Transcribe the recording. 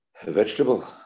vegetable